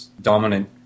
Dominant